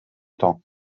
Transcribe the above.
temps